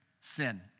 sin